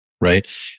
right